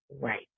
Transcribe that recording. right